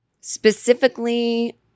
specifically